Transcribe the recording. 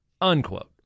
unquote